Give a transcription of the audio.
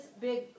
big